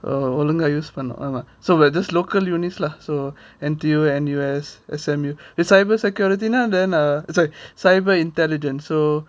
ஒழுங்கா யூஸ் பண்ணனும் ஆமா:olunga use pannanum ama so we're just local uni's lah so N_T_U N_U_S S_M_U is cyber security now then uh eh sorry cyber intelligence so